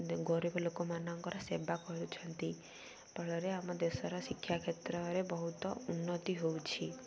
ଗରିବ ଲୋକମାନଙ୍କର ସେବା କରୁଛନ୍ତି ଫଳରେ ଆମ ଦେଶର ଶିକ୍ଷା କ୍ଷେତ୍ରରେ ବହୁତ ଉନ୍ନତି ହଉଛି